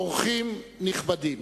אורחים נכבדים,